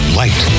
light